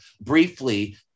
briefly